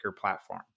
platform